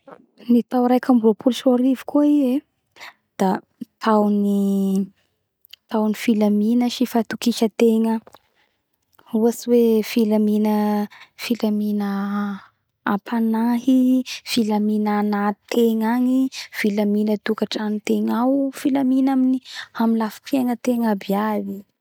Ny tao raiky amby ropolo sy roa arivo koa i e da tao ny filamina sy fahatokisategna ohatsy hoe filamina filamina apanahy filamina anaty tegna agny filamina tokatrano tegna ao filamina amy lafy piaigna aby aby